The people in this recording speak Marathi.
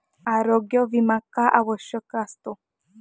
आरोग्य विमा का आवश्यक असतो?